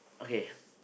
okay